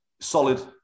solid